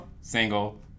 single